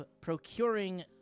procuring